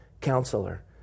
Counselor